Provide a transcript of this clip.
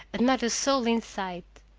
and not a soul in sight.